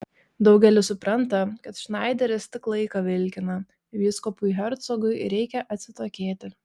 daugelis supranta kad šnaideris tik laiką vilkina vyskupui hercogui reikia atsitokėti